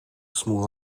small